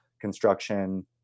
construction